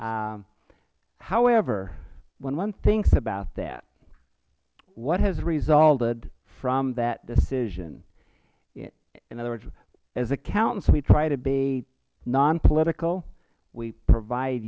k however when one thinks about that what has resulted from that decision in other words as accountants we try to be non political we provide